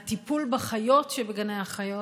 הטיפול בחיות שבגני החיות,